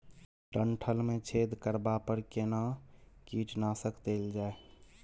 डंठल मे छेद करबा पर केना कीटनासक देल जाय?